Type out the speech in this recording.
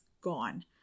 gone